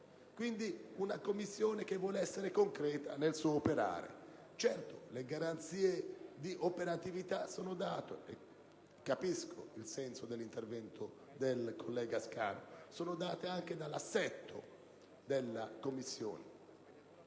Quindi, una Commissione che vuole essere concreta nel suo operare. Certo, le garanzie di operatività sono date - comprendo il senso dell'intervento del collega Scanu - anche dall'assetto della Commissione.